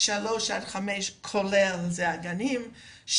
3-5 כולל זה הגנים,